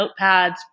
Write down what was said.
notepads